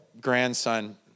grandson